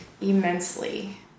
immensely